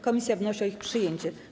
Komisja wnosi o ich przyjęcie.